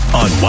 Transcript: on